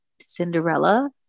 cinderella